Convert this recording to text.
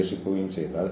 കുറ്റത്തിന്റെ തെളിവ്